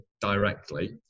directly